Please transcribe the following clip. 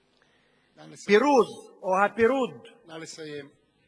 והפירוז, או הפירוד, נא לסיים.